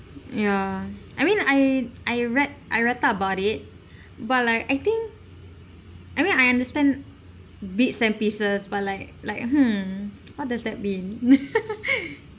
ya I mean I I read I read up about it but like I think I mean I understand bits and pieces but like like hmm what does that mean